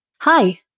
Hi